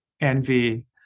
envy